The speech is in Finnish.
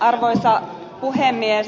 arvoisa puhemies